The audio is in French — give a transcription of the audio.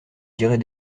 direz